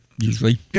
usually